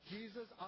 Jesus